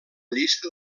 llista